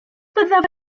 byddaf